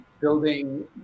building